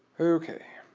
ok.